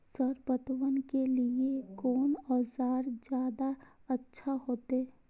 Sir पटवन के लीऐ कोन औजार ज्यादा अच्छा होते?